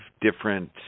different